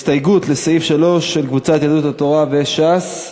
לסעיף 3 של קבוצת יהדות התורה וקבוצת ש"ס.